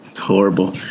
Horrible